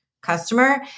customer